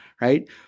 right